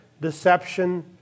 deception